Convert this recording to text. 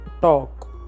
talk